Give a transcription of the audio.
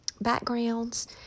backgrounds